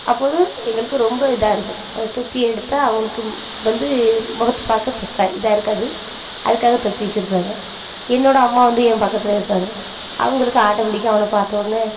அப்போது எங்களுக்கு ரொம்ப இதாருக்கும் தொப்பியை எடுத்தால் அவங்களுக்கு வந்து முகத்தை பார்க்க இதாக இருக்காது அதுக்காக தொப்பி வச்சுருப்பாங்க என்னோடய அம்மா வந்து என் பக்கத்துலேயே இருப்பாங்க அவங்களுக்கு ஆட்டோமேட்டிக்காக அவனை பார்தோடனே